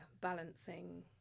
balancing